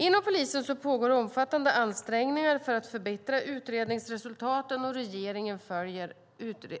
Inom polisen pågår omfattande ansträngningar för att förbättra utredningsresultaten, och regeringen följer